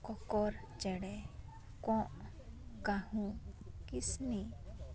ᱠᱚᱠᱚᱨ ᱪᱮᱬᱮ ᱠᱚᱜ ᱠᱟᱹᱦᱩ ᱠᱤᱥᱱᱤ